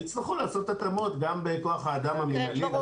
יצטרכו לעשות התאמות גם בכוח אדם המינהל.